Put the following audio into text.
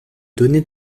données